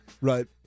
Right